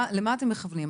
למה אתם מכוונים?